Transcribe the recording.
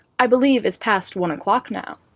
i believe it's past one o'clock now.